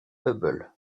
hubble